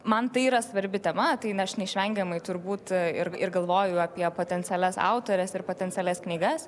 man tai yra svarbi tema tai na aš neišvengiamai turbūt ir ir galvoju apie potencialias autores ir potencialias knygas